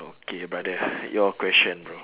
okay brother your question bro